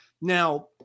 now